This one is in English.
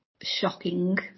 shocking